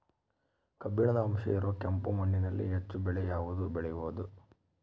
ಕಬ್ಬಿಣದ ಅಂಶ ಇರೋ ಕೆಂಪು ಮಣ್ಣಿನಲ್ಲಿ ಹೆಚ್ಚು ಬೆಳೆ ಯಾವುದು ಬೆಳಿಬೋದು?